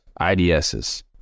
IDSs